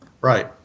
Right